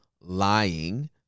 lying